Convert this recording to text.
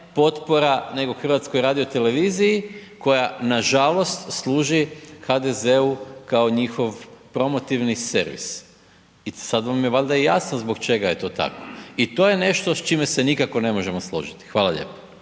potpora nego HRT-u koja nažalost služi HDZ-u kao njihov promotivni servis i sad vam je valda i jasno zbog čega je to tako i to je nešto s čime se nikako ne možemo složiti. Hvala lijepo.